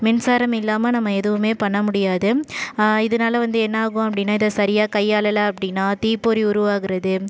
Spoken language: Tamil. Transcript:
மின்சாரம் இல்லாமல் நம்ம எதுவுமே பண்ண முடியாது இதனால வந்து என்னாகும் அப்படின்னா இதை சரியாக கையாளலை அப்படின்னா தீப்பொறி உருவாகிறது